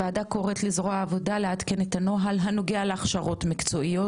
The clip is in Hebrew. הוועדה קוראת לזרוע העבודה לעדכן את הנוהל הנוגע להכשרות מקצועיות,